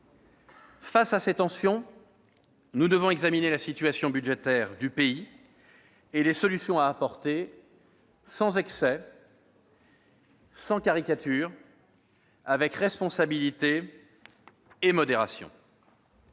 Face à ces tensions, nous devons examiner la situation budgétaire du pays et les solutions à apporter, sans excès, sans caricature, avec responsabilité et modération.